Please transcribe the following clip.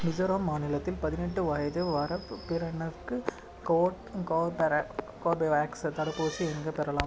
மிசோரம் மாநிலத்தில் பதினெட்டு வயது வரப்புபினருக்கு கோட் கோர்ப்பரேக் கோர்பவேக்ஸ் தடுப்பூசி எங்கே பெறலாம்